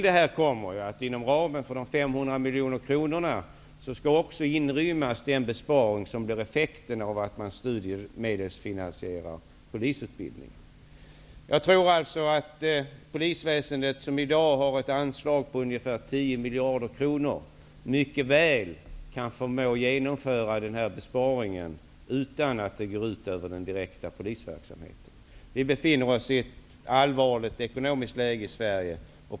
Dessutom kommer ju den besparing som blir effekten av att polisutbildningen studiemedelsfinansieras också att inrymmas inom ramen för dessa 500 miljoner kronor. Jag tror alltså att polisväsendet, som i dag har ett anslag på ungefär 10 miljarder kronor, mycket väl förmår genomföra den här besparingen utan att det går ut över den direkta polisverksamheten. Vi befinner oss i ett allvarligt ekonomiskt läge i Sverige.